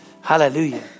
Hallelujah